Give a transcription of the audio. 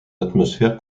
atmosphère